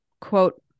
quote